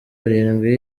arindwi